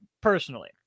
personally